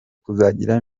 kuzagira